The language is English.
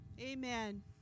Amen